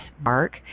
mark